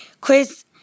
Chris